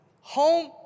home